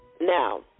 Now